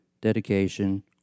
dedication